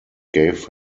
gave